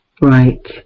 Right